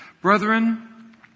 Brethren